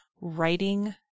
writing